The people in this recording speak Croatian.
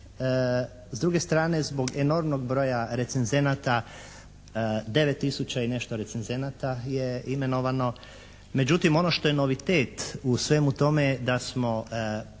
s druge strane zbog enormnog broja recenzenata, 9 tisuća i nešto recenzenata je imenovano. Međutim ono što je novitet u svemu tome je da smo